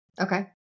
Okay